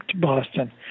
Boston